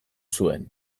zuen